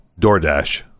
DoorDash